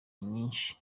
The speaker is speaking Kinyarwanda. nyinshi